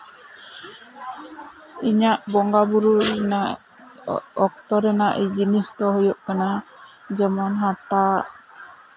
ᱤᱧᱟᱹᱜ ᱵᱚᱸᱜᱟᱼᱵᱩᱨᱩ ᱨᱮᱭᱟᱜ ᱚᱠᱛᱚ ᱨᱮᱭᱟᱜ ᱡᱤᱱᱤᱥ ᱫᱚ ᱦᱩᱭᱩᱜ ᱠᱟᱱᱟ ᱡᱮᱢᱚᱱ ᱦᱟᱴᱟᱜ